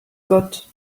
got